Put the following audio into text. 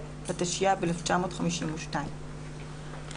דוקטור שרון,